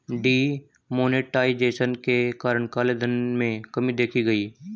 D monetization के कारण काले धन में कमी देखी गई